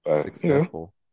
successful